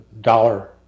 dollar